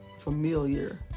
familiar